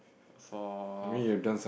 for